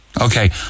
okay